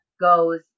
goes